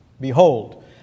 Behold